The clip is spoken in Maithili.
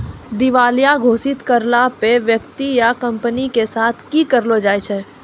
दिबालिया घोषित होला पे व्यक्ति या कंपनी के साथ कि करलो जाय छै?